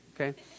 Okay